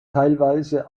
teilweise